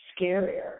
scarier